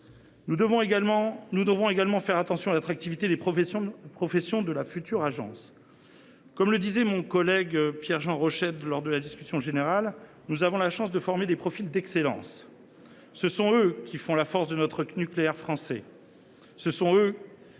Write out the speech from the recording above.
Nous devrons également faire attention à l’attractivité des professions de la future agence. Comme le disait mon collègue Pierre Jean Rochette lors de la discussion générale, nous avons la chance de former des profils d’excellence. Ce sont eux qui font la force de notre nucléaire français. Tout l’enjeu